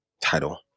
title